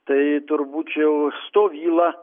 tai turbūt čia jau stovyla